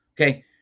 okay